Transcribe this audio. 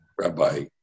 Rabbi